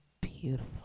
beautiful